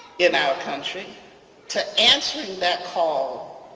in our country to answering that call